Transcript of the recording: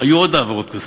היו עוד העברות כספיות,